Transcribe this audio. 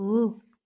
हो